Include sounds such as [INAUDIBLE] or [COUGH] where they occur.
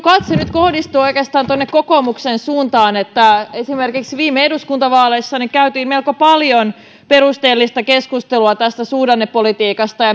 [UNINTELLIGIBLE] katseeni nyt kohdistuu oikeastaan tuonne kokoomuksen suuntaan esimerkiksi viime eduskuntavaaleissa käytiin melko paljon perusteellista keskustelua tästä suhdannepolitiikasta ja [UNINTELLIGIBLE]